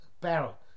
barrel